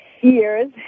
years